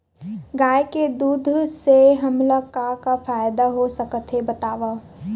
गाय के दूध से हमला का का फ़ायदा हो सकत हे बतावव?